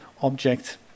object